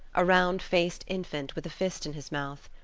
a round-faced infant with a fist in his mouth.